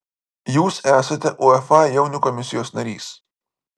jūs esate uefa jaunių komisijos narys